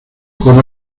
cómo